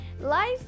life